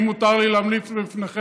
אם מותר לי להמליץ בפניכם,